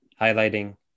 highlighting